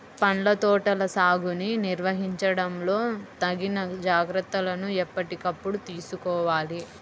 పండ్ల తోటల సాగుని నిర్వహించడంలో తగిన జాగ్రత్తలను ఎప్పటికప్పుడు తీసుకోవాలి